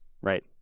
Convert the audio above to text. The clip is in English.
right